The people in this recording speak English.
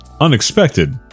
Unexpected